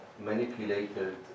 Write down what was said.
manipulated